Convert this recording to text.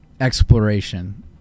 exploration